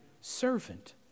servant